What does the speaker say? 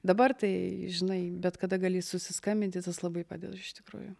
dabar tai žinai bet kada gali susiskambinti tas labai padeda iš tikrųjų